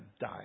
die